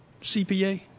CPA